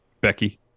Becky